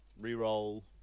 re-roll